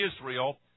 Israel